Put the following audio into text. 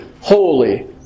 holy